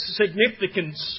significance